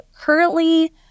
currently